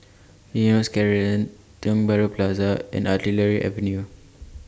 Eunos Crescent Tiong Bahru Plaza and Artillery Avenue